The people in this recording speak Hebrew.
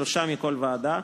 שלושה מכל ועדה,